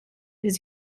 his